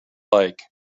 bike